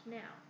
now